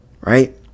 right